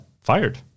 fired